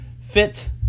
fit